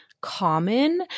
common